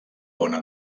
bona